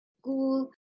school